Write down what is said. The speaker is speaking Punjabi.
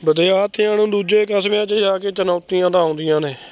ਵਿਦਿਆਰਥੀਆਂ ਨੂੰ ਦੂਜੇ ਕਸਬਿਆਂ 'ਚ ਜਾ ਕੇ ਚੁਣੌਤੀਆਂ ਤਾਂ ਆਉਂਦੀਆਂ ਨੇ